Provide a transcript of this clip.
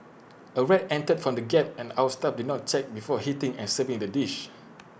A rat entered from the gap and our staff did not check before heating and serving the dish